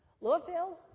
Louisville